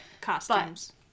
Costumes